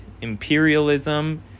imperialism